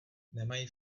nemají